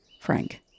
Frank